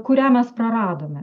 kurią mes praradome